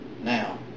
now